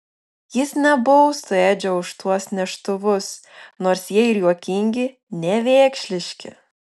jis nebaustų edžio už tuos neštuvus nors jie ir juokingi nevėkšliški